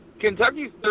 Kentucky's